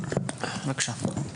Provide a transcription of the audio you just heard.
בבקשה.